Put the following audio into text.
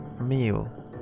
meal